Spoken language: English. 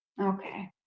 okay